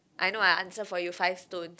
I know I answer for you five stones